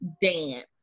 dance